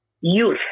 youth